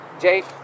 Jake